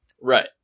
Right